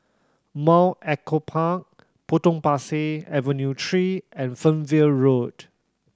Mount Echo Park Potong Pasir Avenue Three and Fernvale Road